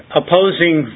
opposing